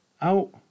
out